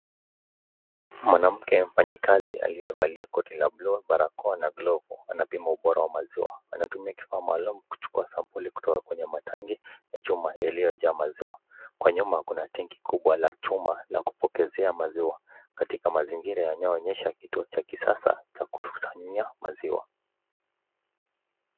Mwanamke mfanyikazi aliyevalia koti ya blue na barakoa anapima ubora wa maziwa kwa kutumia kifaa maalumu kuchukua sampuli kutoka kwenye matangi ya maziwa. Kwa nyuma kuna tanki kubwa la chuma la kupokezea maziwa katika mazingira yanayoonesha kituo cha kisasa kusanyia maziwa.